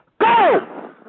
Go